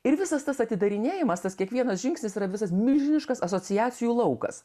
ir visas tas atidarinėjimas tas kiekvienas žingsnis yra visas milžiniškas asociacijų laukas